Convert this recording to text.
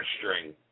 string